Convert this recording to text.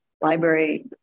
library